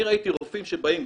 אני ראיתי רופאים שבאים,